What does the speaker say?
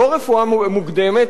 לא תרופה מוקדמת,